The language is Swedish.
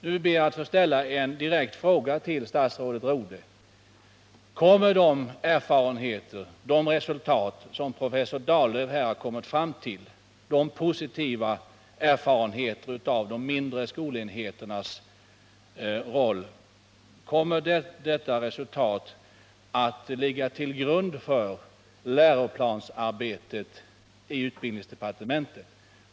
Jag ber att få ställa en direkt fråga till statsrådet Rodhe: Kommer de erfarenheter som gjorts, de resultat som professor Dahllöf kommit fram till — de positiva erfarenheterna av de mindre skolenheternas roll — att ligga till grund för läroplansarbetet i utbildningsdepartementet?